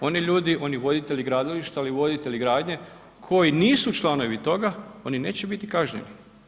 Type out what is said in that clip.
Oni ljudi, oni voditelji gradilišta, ali i voditelji gradnje koji nisu članovi toga, oni neće bit kažnjeni.